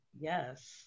Yes